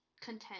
content